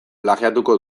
plagiatuko